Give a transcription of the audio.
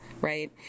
right